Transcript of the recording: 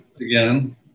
again